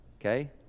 okay